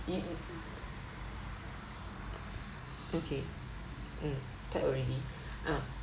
y~ y~ okay mm type already ah